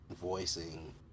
voicing